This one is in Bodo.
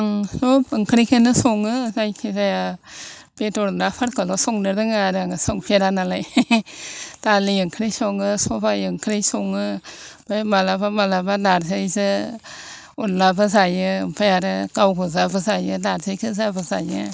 आं सोब ओंख्रिखौनो सङो जायखिजाया बेदर नाफोरखौल' संनो रोङा आरो आङो संफेरा नालाय दालि ओंख्रै सङो साबाइ ओंख्रै सङो बे माब्लाबा माब्लाबा नारजिजों अनद्लाबो जायो ओमफाय आरो गावगोजाबो जायो नारजि गोजाबो जायो